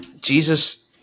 Jesus